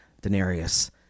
denarius